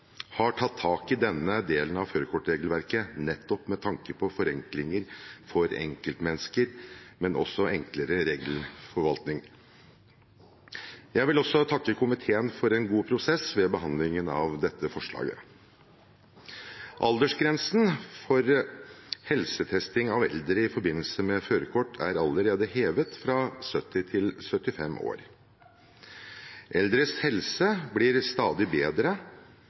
har tatt tak i denne delen av førerkortregelverket nettopp med tanke på forenklinger for enkeltmennesker, men også enklere regelforvaltning. Jeg vil også takke komiteen for en god prosess ved behandlingen av dette forslaget. Aldersgrensen for helsetesting av eldre i forbindelse med førerkort er allerede hevet fra 70 år til 75 år. Eldres helse blir stadig bedre,